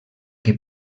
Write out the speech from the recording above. que